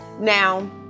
now